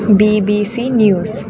BBC news